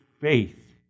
faith